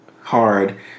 hard